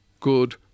Good